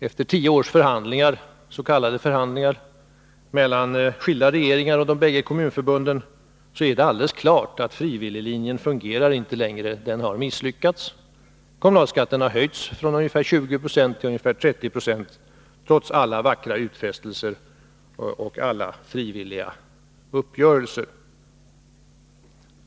Efter tio års s.k. förhandlingar mellan skilda regeringar och de bägge kommunförbunden är det alldeles klart att frivilliglinjen inte längre fungerar. Den har misslyckats. Kommunalskatten har höjts från ungefär 20 96 till ungefär 30 96, trots alla vackra utfästelser och alla frivilliga uppgörelser.